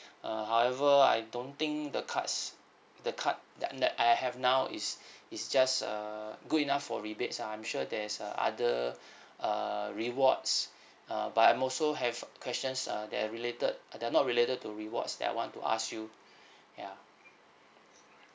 uh however I don't think the cards the card that that I have now is is just err good enough for rebates ah I'm sure there's a other err rewards uh but I'm also have questions ah that related uh they're not related to rewards that I want to ask you